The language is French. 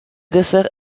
dessert